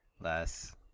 less